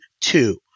two